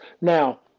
Now